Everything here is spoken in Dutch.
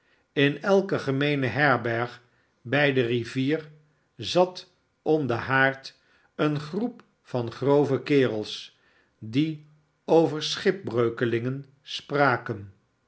in elke gemeene herberg bij de rivier zat om den haard eene groep grove kerels die over schripbreukelingen spraken